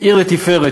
עיר לתפארת,